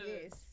Yes